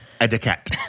Etiquette